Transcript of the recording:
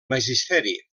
magisteri